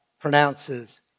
pronounces